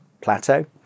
plateau